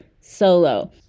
solo